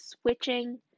switching